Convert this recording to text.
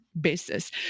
basis